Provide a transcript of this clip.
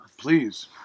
Please